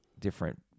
different